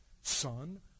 son